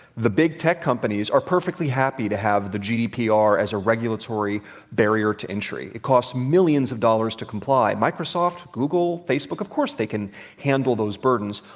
the big tech companies are perfectly happy to have the gdpr as a regulatory barrier to entry. it costs millions of dollars to comply. microsoft, google, facebook? of course they can handle those burdens.